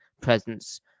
presence